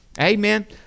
Amen